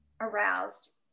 aroused